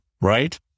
Right